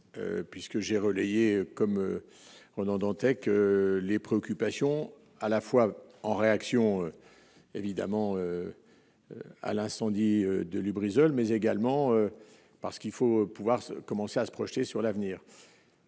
puisque j'ai relayé comme Ronan Dantec les préoccupations à la fois en réaction évidemment à l'incendie de Lubrizol mais également parce qu'il faut pouvoir commencer à se projeter sur l'avenir,